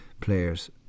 players